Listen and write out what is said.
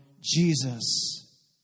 Jesus